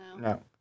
No